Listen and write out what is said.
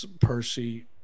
Percy